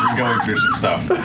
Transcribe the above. um going through some stuff.